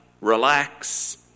relax